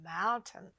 mountain